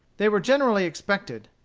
they were generally expected.